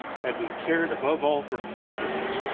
had we cared above all for creativeness,